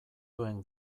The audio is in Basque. duen